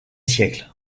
siècle